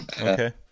Okay